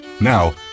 Now